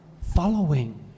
following